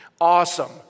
Awesome